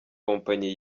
kompanyi